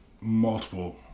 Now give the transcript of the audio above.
multiple